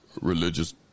religious